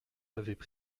avaient